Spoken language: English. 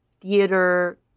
theater